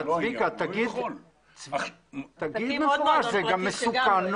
תגיד שזה מסוכן.